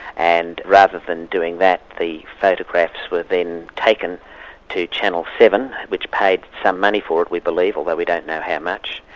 and rather than doing that, the photographs were then taken to channel seven, which paid some money for it we believe but we don't know how much,